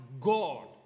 God